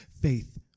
faith